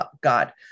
God